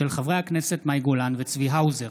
של חברי הכנסת מאי גולן וצבי האוזר.